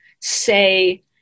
say